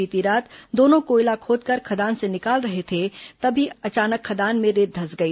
बीती रात दोनों कोयला खोदकर खदान से निकल रहे थे तभी अचानक खदान में रेत धंस गई